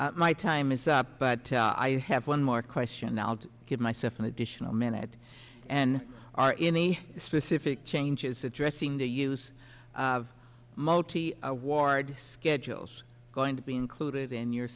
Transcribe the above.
my time is up but i have one more question now to give myself an additional minute and are in a specific changes suggesting the use of multi award schedules going to be included in your